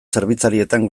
zerbitzarietan